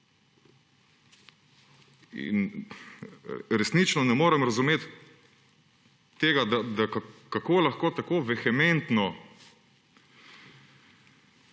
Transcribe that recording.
resnično ne morem razumeti tega, da kako lahko tako vehementno